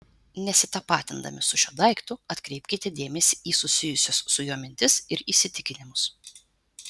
nesitapatindami su šiuo daiktu atkreipkite dėmesį į susijusias su juo mintis ir įsitikinimus